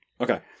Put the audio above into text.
Okay